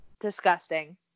disgusting